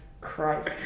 Christ